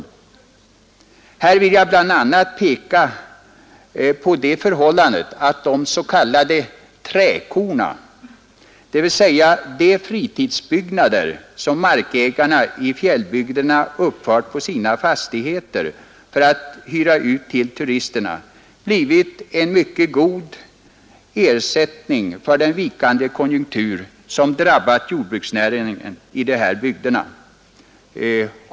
I det sammanhanget vill jag bl.a. peka på det förhållandet att de s.k. träkorna, dvs. de fritidsbyggnader som markägarna i fjällbygderna uppfört på sina fastigheter för att hyra ut till turisterna, blivit en mycket god ersättning för den vikande konjunktur som drabbat jordbruksnäringen i dessa bygder.